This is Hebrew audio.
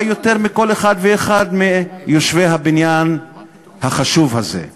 יותר מכל אחד ואחת מיושבי הבניין החשוב הזה;